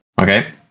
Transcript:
Okay